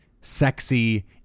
sexy